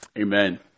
Amen